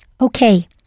Okay